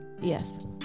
yes